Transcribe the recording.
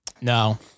No